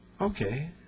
Okay